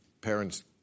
parents